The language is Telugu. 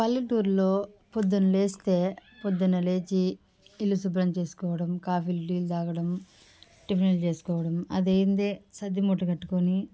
పల్లెటూరిలో పొద్దున లేస్తే పొద్దున లేచి ఇల్లు శుభ్రం చేసుకోవడం కాఫీలు టీలు తాగడం టిఫిన్లు చేసుకోవడం అదేంది చద్ది మూట కట్టుకొని